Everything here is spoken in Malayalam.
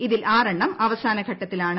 ഇതിൽ ആറെണ്ണം അവസാനഘട്ടത്തിലാണ്